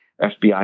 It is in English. FBI